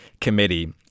committee